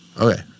Okay